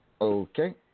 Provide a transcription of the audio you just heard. Okay